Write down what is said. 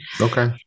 Okay